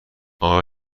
آیا